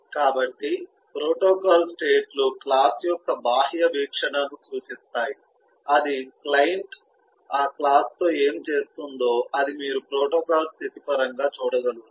కాబట్టి protocol state లు class యొక్క బాహ్య వీక్షణను సూచిస్తాయి అది క్లయింట్ ఆ క్లాస్ తో ఏమి చేస్తుందో అది మీరు ప్రోటోకాల్ స్థితి పరంగా చూడగలుగుతారు